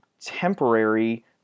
temporary